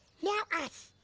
now us.